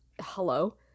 Hello